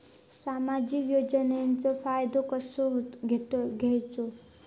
सामाजिक योजनांचो फायदो कसो घेवचो?